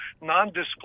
non-disclosure